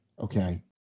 Okay